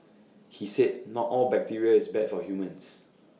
he said not all bacteria is bad for humans